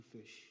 fish